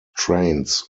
trains